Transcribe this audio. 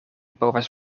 povas